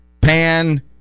pan